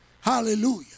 Hallelujah